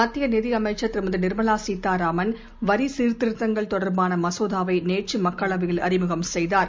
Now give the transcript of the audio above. மத்தியநிதியமைச்சர் திருமதிநிர்மலாசீதாராமன் வரிசீர்திருத்தங்கள் தொடர்பானமசோதாவைநேற்றுமக்களவையில் அறிமுகம் செய்தார்